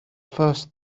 first